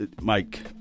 Mike